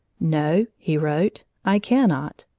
no, he wrote, i cannot.